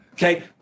Okay